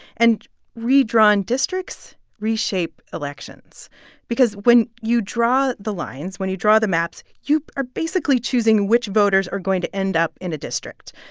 and redrawn districts reshape elections because when you draw the lines when you draw the maps, you are basically choosing which voters are going to end up in a district.